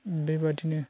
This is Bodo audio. बेबादिनो